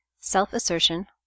self-assertion